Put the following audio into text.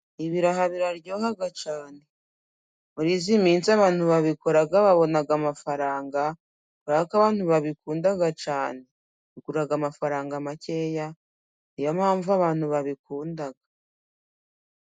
Ibiraha biraryoha cyane, muri iy'iminsi, abantu babikora babona amafaranga, kubera ko abantu babikunda cyane, bigura amafaranga makeya, niyo mpamvu abantu babikunda.